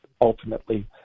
ultimately